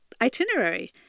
itinerary